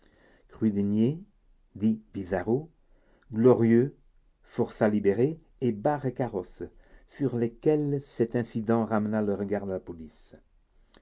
dit bizarro glorieux forçat libéré et barre carrosse sur lesquels cet incident ramena le regard de la police